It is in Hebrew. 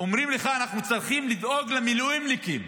אומרים לך: אנחנו צריכים לדאוג למילואימניקים,